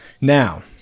now